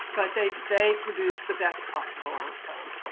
but they they produced the best possible outcome.